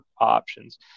options